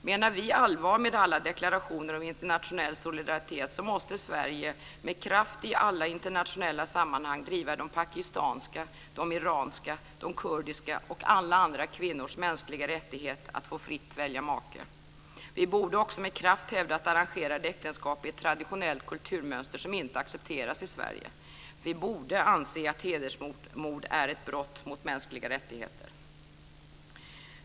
Menar vi allvar med alla deklarationer om internationell solidaritet måste Sverige med kraft i alla internationella sammanhang driva pakistanska, iranska, kurdiska och alla andra kvinnors mänskliga rättighet att fritt få välja make. Vi borde också med kraft hävda att arrangerade äktenskap är ett traditionellt kulturmönster som inte accepteras i Sverige. Vi borde anse att hedersmord är ett brott mot mänskliga rättigheter.